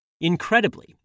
Incredibly